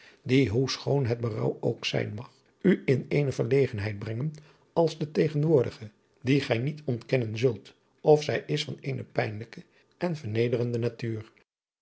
die hoe schoon het berouw ook zijn mag u in eene verlegenheid brengen als de tegenwoordige die gij niet ontkennen zult of zij is van eene pijnlijke en vernederende natuur